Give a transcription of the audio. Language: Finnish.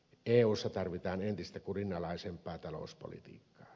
eussa tarvitaan entistä kurinalaisempaa talouspolitiikkaa